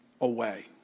away